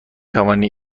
توانی